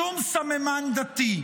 שום סממן דתי.